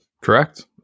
Correct